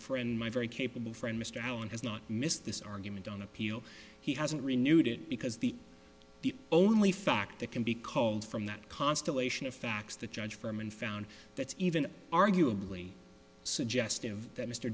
friend my very capable friend mr allen has not missed this argument on appeal he hasn't renewed it because the only fact that can be called from that constellation of facts the judge firman found that even arguably suggestive that mr